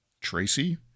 Tracy